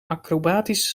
acrobatisch